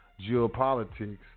geopolitics